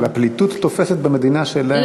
אבל הפליטות תופסת במדינה שאליה הם הולכים.